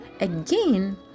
again